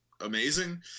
amazing